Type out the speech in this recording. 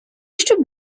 щоб